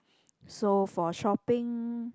so for shopping